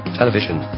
television